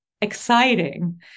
exciting